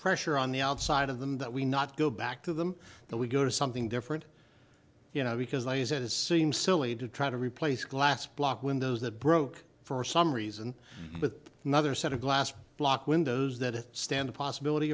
pressure on the outside of them that we not go back to them that we go to something different you know because i use it is seems silly to try to replace a glass block windows that broke for some reason with another set of glass block windows that stand a possibility